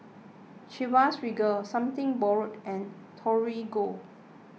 Chivas Regal Something Borrowed and Torigo